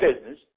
business